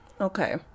Okay